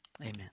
amen